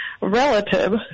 relative